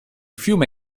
fiume